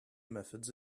methods